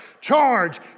charge